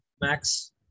Max